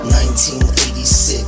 1986